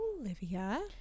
Olivia